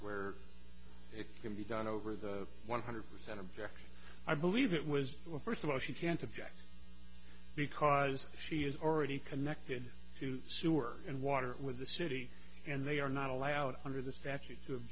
where it can be done over the one hundred percent in fact i believe it was first of all she can't object because she is already connected to sewer and water with the city and they are not allowed under the statute